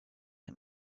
him